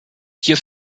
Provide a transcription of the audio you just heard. hier